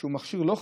שהוא מכשיר לא חכם,